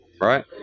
right